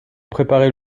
préparer